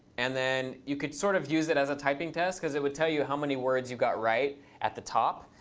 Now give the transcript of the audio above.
and then you could sort of use it as a typing test, because it would tell you how many words you got right at the top.